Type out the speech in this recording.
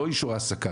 לא אישור העסקה,